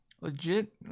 legit